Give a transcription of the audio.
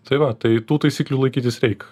tai va tai tų taisyklių laikytis reik